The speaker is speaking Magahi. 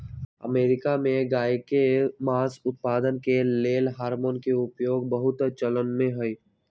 अमेरिका में गायके मास उत्पादन के लेल हार्मोन के उपयोग बहुत चलनमें हइ